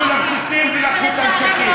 נכנסו לבסיסים ולקחו את הנשקים.